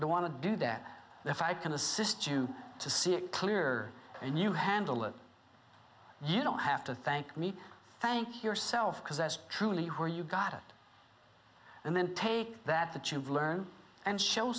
the want to do that if i can assist you to see it clear and you handle it you don't have to thank me thank yourself because that's truly where you got it and then take that the children learn and show